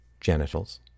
genitals